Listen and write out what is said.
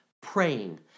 praying